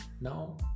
Now